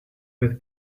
with